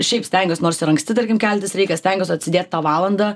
šiaip stengiuos nors ir anksti tarkim keltis reikia stengiuos atsidėt tą valandą